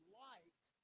light